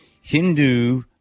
Hindu